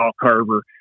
carver